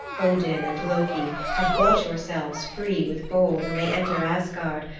odin and loki, have bought yourselves free with gold and may enter asgard,